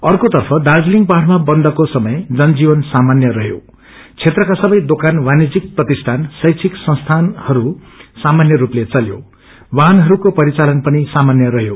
अर्कोतर्फ दार्जीलिङ पहाड़मा बन्दको समय जनजीवन सामान्य रहयो क्षेत्रका सबै दोकान वाभिग्यिक प्रतिष्ठान शैक्षिक संस्थानहरू सामान्य स्पते चल्यो वाहनहरूको परिचालन पनि सामान्य रहयो